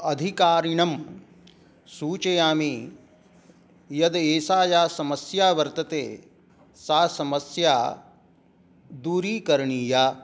अधिकारिणं सूचयामि यदि एषा या समस्या वर्तते सा समस्या दूरीकरणीया